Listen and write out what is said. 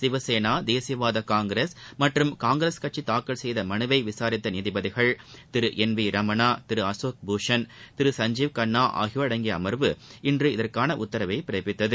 சிவசேனா தேசியவாத காங்கிரஸ் மற்றும் காங்கிரஸ் கட்சி தாக்கல் செய்த மனுவை விசாரித்த நீதிபதிகள் திரு என் வி ரமணா திரு அசோக் பூஷன் திரு சஞ்சீவ் கன்னா ஆகியோர் அடங்கிய அமர்வு இன்று இதற்கான உத்தரவை பிறப்பித்தது